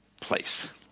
place